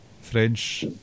French